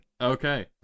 Okay